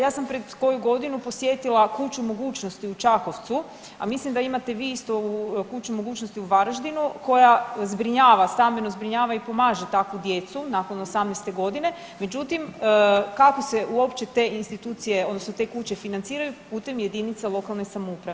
Ja sam pred koju godinu posjetila kuću mogućnosti u Čakovcu, a mislim da imate vi isto u, kuću mogućnosti u Varaždinu koja zbrinjava, stambeno zbrinjava i pomaže takvu djecu nakon 18-te godine, međutim kako se uopće te institucije odnosno te kuće financiraju, putem jedinica lokalne samouprave.